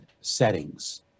settings